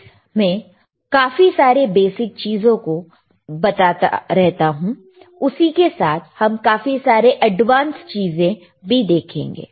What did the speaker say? इस मैं काफी सारे बेसिक चीजों को बताते रहता हूं उसी के साथ हम काफी सारे एडवांसड चीजें भी देखेंगे